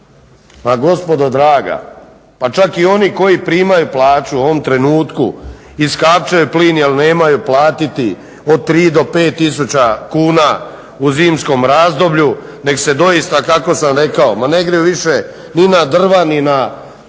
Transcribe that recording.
Pa gospodo draga, pa čak i oni koji primaju plaću u ovom trenutku iskapčaju plin jer nemaju platiti od 3 do 5 tisuća kuna u zimskom razdoblju nego se doista kako sam rekao ma ne griju više ni na drva ni na